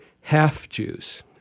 half-Jews